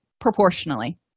proportionally